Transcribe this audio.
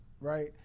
right